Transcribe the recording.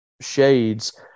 shades